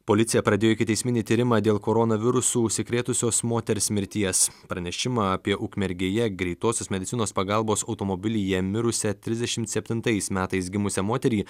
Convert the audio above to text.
policija pradėjo ikiteisminį tyrimą dėl koronavirusu užsikrėtusios moters mirties pranešimą apie ukmergėje greitosios medicinos pagalbos automobilyje mirusią trisdešimtais septintais metais gimusią moterį